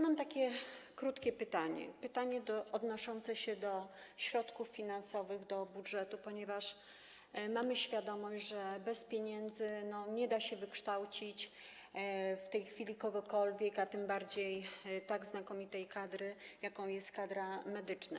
Mam takie krótkie pytanie odnoszące się do środków finansowych, do budżetu, ponieważ mamy świadomość, że bez pieniędzy nie da się wykształcić w tej chwili kogokolwiek, a tym bardziej tak znakomitej kadry, jaką jest kadra medyczna.